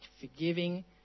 forgiving